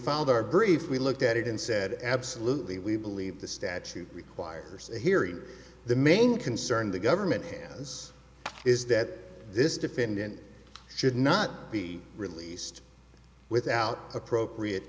filed our brief we looked at it and said absolutely we believe the statute requires a hearing the main concern the government hands is that this defendant should not be released without appropriate